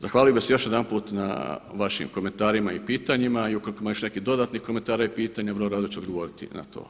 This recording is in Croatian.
Zahvalio bih se još jedanput na vašim komentarima i pitanjima i ukoliko ima još nekih dodatnih komentara i pitanja vrlo rado ću odgovoriti na to.